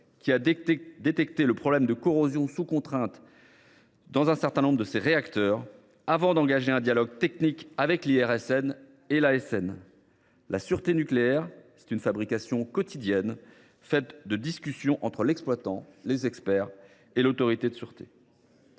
qui a détecté le problème de corrosion sous contrainte dans un certain nombre de ses réacteurs, avant d’engager un dialogue technique avec l’IRSN et l’ASN. La sûreté nucléaire est une « fabrication quotidienne », faite de discussions entre l’exploitant, les experts et l’autorité de sûreté.